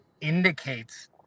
indicates